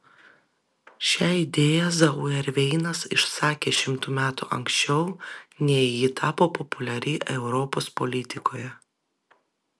šią idėją zauerveinas išsakė šimtu metų anksčiau nei ji tapo populiari europos politikoje